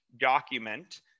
document